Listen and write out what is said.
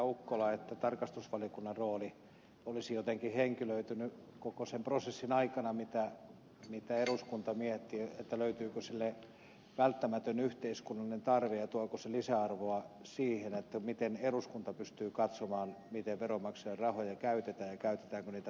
ukkola että tarkastusvaliokunnan rooli olisi jotenkin henkilöitynyt koko sen prosessin aikana kun eduskunta mietti löytyykö sille välttämätön yhteiskunnallinen tarve ja tuoko se lisäarvoa siihen miten eduskunta pystyy katsomaan miten veronmaksajien rahoja käytetään ja käytetäänkö niitä tarkoituksenmukaisella tavalla